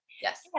Yes